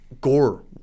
gore